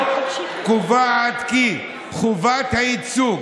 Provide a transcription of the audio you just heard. אישור של 31 תוכניות בנייה בהתנחלויות,